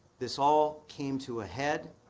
this all came to a head